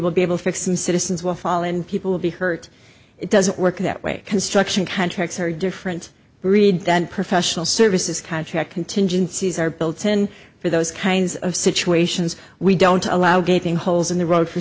will be able to fix and citizens will fall and people will be hurt it doesn't work that way construction contracts are different breed than professional services contract contingencies are built ten for those kinds of situations we don't allow gaping holes in the road for